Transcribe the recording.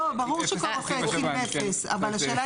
לא, ברור שכל רופא התחיל מאפס.